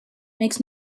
makes